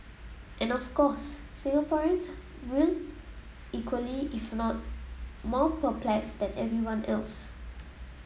and of course Singaporeans were equally if not more perplexed than everyone else